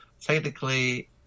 technically